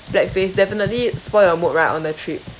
black face definitely spoil your mood right on the trip